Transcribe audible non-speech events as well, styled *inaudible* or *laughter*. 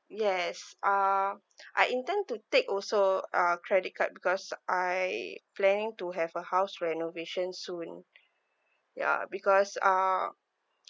yes uh *breath* I intend to take also uh credit card because I planning to have a house renovation soon ya because uh